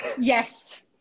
Yes